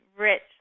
rich